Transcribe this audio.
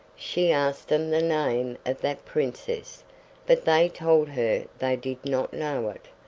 she asked them the name of that princess but they told her they did not know it,